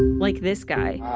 like this guy.